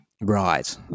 Right